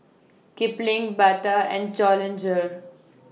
Kipling Bata and Challenger